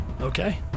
Okay